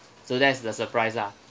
so that's the surprise ah